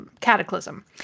cataclysm